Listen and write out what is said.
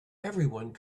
everyone